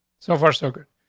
so far, so good.